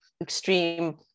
extreme